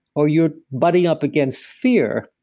or you're budding up against fear,